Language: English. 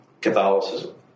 Catholicism